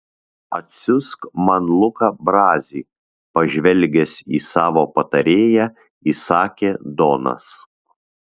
atsiųsk man luką brazį pažvelgęs į savo patarėją įsakė donas